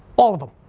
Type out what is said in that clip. all of them.